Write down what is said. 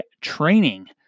training